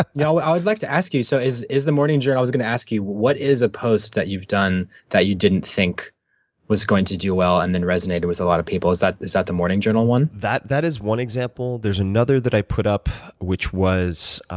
you know i would like to ask you, so is is the morning journal, i was going to ask you, what is a post that you've done that you didn't think was going to do well and then resonated with a lot of people? is that is that the morning journal one? that that is one example. there's another that i put up which was,